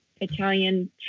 Italian